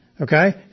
okay